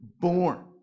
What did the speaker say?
Born